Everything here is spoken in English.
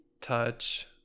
touch